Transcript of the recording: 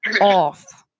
off